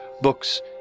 books